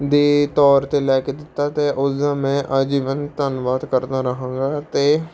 ਦੇ ਤੌਰ 'ਤੇ ਲੈ ਕੇ ਦਿੱਤਾ ਅਤੇ ਉਸਦਾ ਮੈਂ ਆਜੀਵਨ ਧੰਨਵਾਦ ਕਰਦਾ ਰਹਾਂਗਾ ਅਤੇ